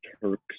Turks